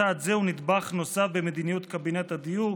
צעד זה הוא נדבך נוסף במדיניות קבינט הדיור,